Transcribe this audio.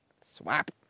Swap